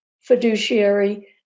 fiduciary